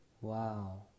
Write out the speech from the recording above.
Wow